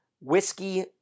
whiskey